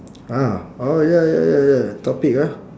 ah oh ya ya ya ya topic ah